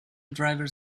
driver